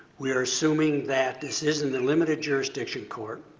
we are assuming that this is in the limited jurisdiction court.